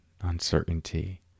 uncertainty